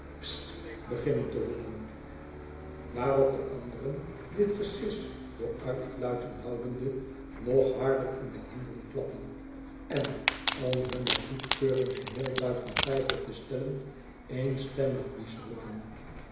beginnen te roepen waarop de anderen dit gesis voor uitfluiten houdende nog harder in de handen klappen en om hunne goedkeuring geheel jbuiten twijfel te stellen eenstemmig bis roepen